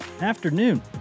afternoon